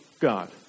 God